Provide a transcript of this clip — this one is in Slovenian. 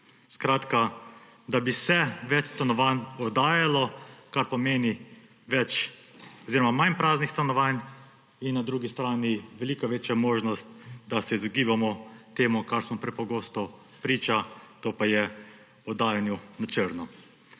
Skratka da bi se več stanovanj oddajalo, kar pomeni manj praznih stanovanj in na drugi strani veliko večja možnost, da se izogibamo temu, kar smo prepogosto priča, to pa je oddajanju na črno.